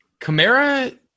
Kamara